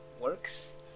works